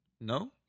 No